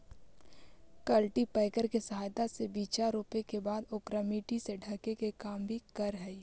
cultipacker के सहायता से बीचा रोपे के बाद ओकरा मट्टी से ढके के काम भी करऽ हई